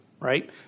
right